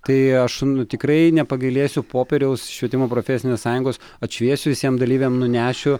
tai aš tikrai nepagailėsiu popieriaus švietimo profesinės sąjungos atšviesiu visiem dalyviam nunešiu